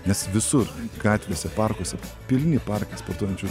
nes visur gatvėse parkuose pilni parkai sportuojančių